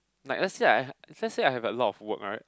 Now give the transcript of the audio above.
like let's say I have let's say I have a lot of work right